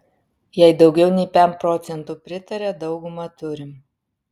jei daugiau nei pem procentų pritaria daugumą turim